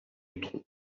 dutronc